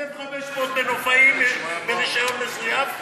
1,500 מנופאים הם עם רישיון מזויף,